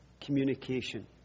communication